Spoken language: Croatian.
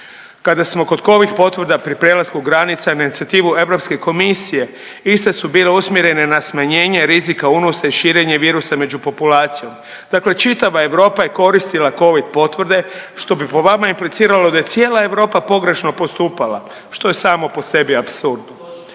Kada smo kod Covid potvrda pri prelasku granica, na inicijativu EK-a, iste su bile usmjerene na smanjenje rizika unosa i širenja virusa među populacijom, dakle čitava Europa je koristila Covid potvrde, što bi po vama impliciralo da je cijela Europa pogrešno postupala, što je samo po sebi apsurd.